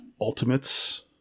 Ultimates